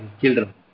children